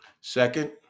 Second